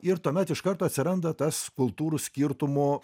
ir tuomet iš karto atsiranda tas kultūrų skirtumų